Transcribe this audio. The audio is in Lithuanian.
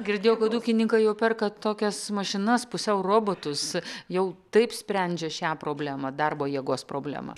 girdėjau kad ūkininkai jau perka tokias mašinas pusiau robotus jau taip sprendžia šią problemą darbo jėgos problemą